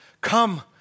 come